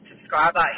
subscriber